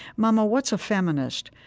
mama, what's a feminist?